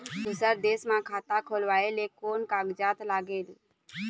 दूसर देश मा खाता खोलवाए ले कोन कागजात लागेल?